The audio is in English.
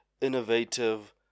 innovative